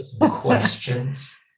Questions